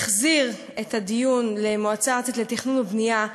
והחזיר את הדיון למועצה הארצית לתכנון ובנייה,